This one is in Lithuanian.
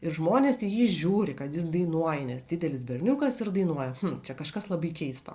ir žmonės į jį žiūri kad jis dainuoja nes didelis berniukas ir dainuoja čia kažkas labai keisto